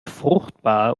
fruchtbar